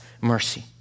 mercy